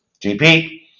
gp